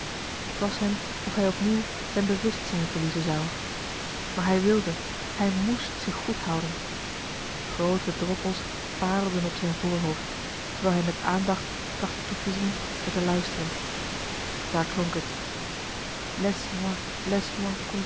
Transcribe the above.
t was hem of hij opnieuw zijn bewustzijn verliezen zou maar hij wilde hij moest zich goed houden groote droppels parelden op zijn voorhoofd terwijl hij met aandacht trachtte toetezien en te luisteren daar klonk het